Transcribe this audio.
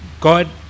God